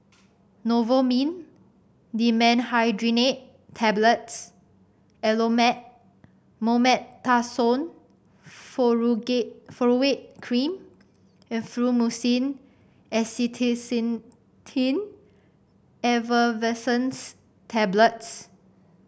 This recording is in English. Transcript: Novomin Dimenhydrinate Tablets Elomet Mometasone Furoate Cream and Fluimucil Acetylcysteine Effervescent's Tablets